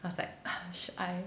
I was like uh should I